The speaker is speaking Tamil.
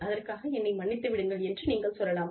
அதற்காக என்னை மன்னித்து விடுங்கள் என்று நீங்கள் சொல்லலாம்